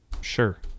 Sure